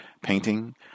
painting